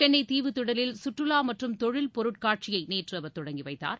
சென்னை தீவுத்திடலில் சுற்றுலா மற்றும் தொழில் பொருட்காட்சியை நேற்று அவர் தொடங்கி வைத்தார்